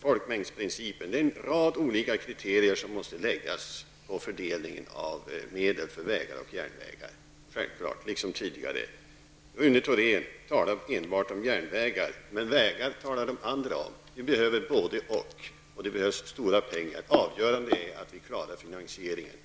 Folkmängdsprincipen: En rad olika kriterier måste givetvis liksom tidigare finnas vid fördelningen av medel för vägar och järnvägar. Rune Thorén talade enbart om järnvägar, men de andra talade om vägar. Vi behöver både--och. Det behövs mycket pengar, och det avgörande är att vi klarar finansieringen.